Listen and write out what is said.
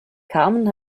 carmen